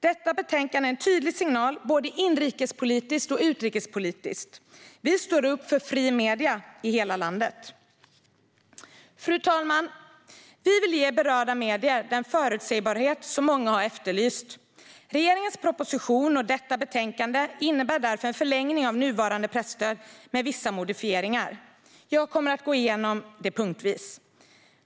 Detta betänkande är en tydlig signal både inrikespolitiskt och utrikespolitiskt: Vi står upp för fria medier i hela landet. Fru talman! Vi vill ge berörda medier den förutsägbarhet som många har efterlyst. Regeringens proposition och detta betänkande innebär därför en förlängning av nuvarande presstöd med vissa modifieringar. Jag kommer att gå igenom det punktvis.